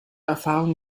erfahrung